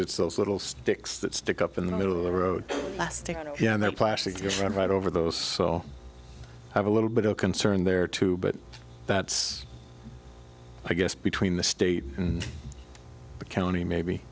it's those little sticks that stick up in the middle of the road and they're plastic just right over those so i'll have a little bit of concern there too but that's i guess between the state and the county maybe